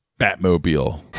Batmobile